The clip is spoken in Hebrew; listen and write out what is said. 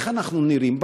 איך אנחנו נראים?